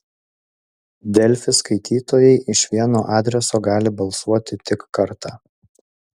delfi skaitytojai iš vieno adreso gali balsuoti tik kartą